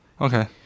okay